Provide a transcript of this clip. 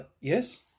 yes